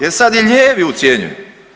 Jer sad je lijevi ucjenjuju.